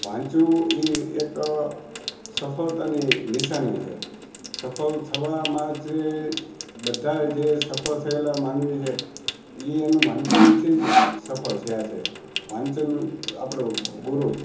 વાંચવું એ એક સફળતાની નિશાની છે સફળ થવામાં જે બધાય જે સફળ થયેલા માનવી છે એ એનું વાંચનથી જ સફળ થયા છે વાંચન આપળુ ગુરુ છે